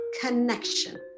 connection